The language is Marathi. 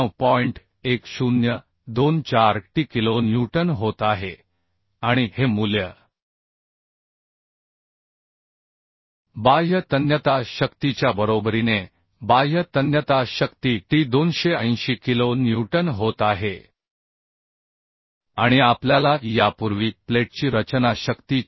1024 t किलो न्यूटन होत आहे आणि हे मूल्य बाह्य तन्यता शक्तीच्या बरोबरीने बाह्य तन्यता शक्ती t 280 किलो न्यूटन होत आहे आणि आपल्याला यापूर्वी प्लेटची रचना शक्ती 454